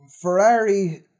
ferrari